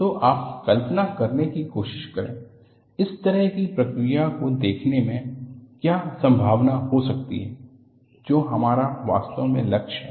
तो आप कल्पना करने की कोशिश करे इस तरह की प्रक्रिया को देखने में क्या संभावना हो सकती है जो हमारा वास्तव में लक्ष्य हैं